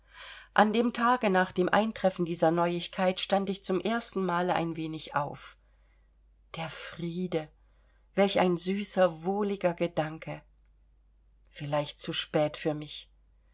an dem tage nach dem eintreffen dieser neuigkeit stand ich zum erstenmale ein wenig auf der friede welch ein süßer wohliger gedanke vielleicht zu spät für mich